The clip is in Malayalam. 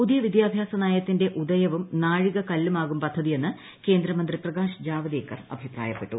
ഏതീർ വിദ്യാഭ്യാസ നയത്തിന്റെ ഉദയവും നാഴികക്കല്ലുമാകും ൃപ്ദ്ധതീയെന്ന് കേന്ദ്ര മന്ത്രി പ്രകാശ് ജാവ്ദേക്കർ അഭിപ്രായപ്പെട്ടു